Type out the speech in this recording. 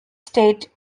state